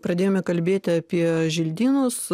pradėjome kalbėti apie želdynus